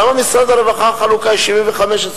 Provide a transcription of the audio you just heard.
למה במשרד הרווחה החלוקה היא 75 25?